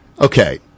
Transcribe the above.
Okay